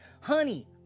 honey